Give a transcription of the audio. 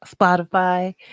Spotify